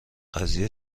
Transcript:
قضیه